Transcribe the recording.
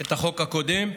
את החוק הקודם.